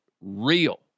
real